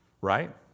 Right